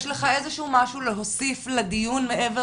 יש לך איזשהו משהו להוסיף לדיון מעבר